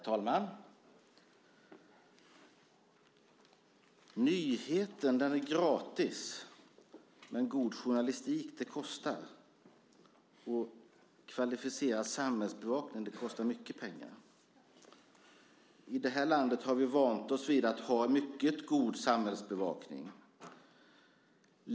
Herr talman! Nyheter är gratis men god journalistik kostar. Kvalificerad samhällsbevakning kostar mycket pengar. I det här landet har vi vant oss vid att ha en mycket god samhällsbevakning.